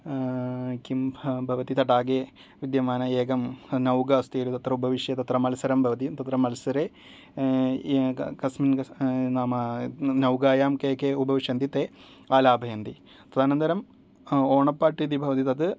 किं भवति तडागे विद्यमान एकं नौका अस्ति तत्र उपविश्य तत्र मल्सरं भवति तत्र मल्सरे कस्मिन् नाम नौकायां के के उपविशन्ति ते आलापयन्ति तदनन्तरम् ओणप्पाट्ट् इति भवति तत्